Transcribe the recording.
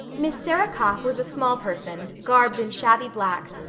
miss sarah copp was a small person, garbed in shabby black,